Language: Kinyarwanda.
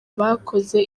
abakoze